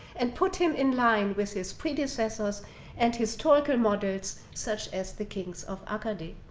and put him in line with his predecessors and historical moderns such as the kings of akkadi.